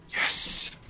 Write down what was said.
Yes